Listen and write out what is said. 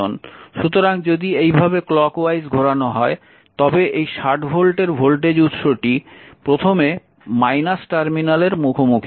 সুতরাং যদি এইভাবে ক্লক ওয়াইজ ঘোরানো হয় তবে এই 60 ভোল্টের ভোল্টেজ উৎসটি প্রথমে টার্মিনালের মুখোমুখি হচ্ছে